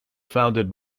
founded